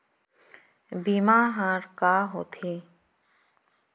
बीमा ह का होथे?